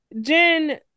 Jen